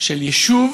של יישוב